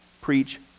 preach